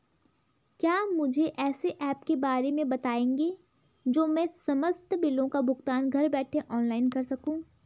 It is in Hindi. क्या मुझे ऐसे ऐप के बारे में बताएँगे जो मैं समस्त बिलों का भुगतान घर बैठे ऑनलाइन कर सकूँ?